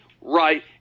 right